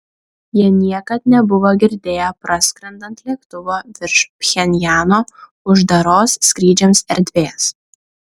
jie niekad nebuvo girdėję praskrendant lėktuvo virš pchenjano uždaros skrydžiams erdvės